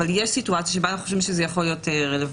אבל יש סיטואציה שבה אנו חושבים שזה יכול להיות רלוונטי.